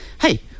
Hey